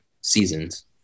seasons